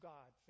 God